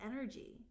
energy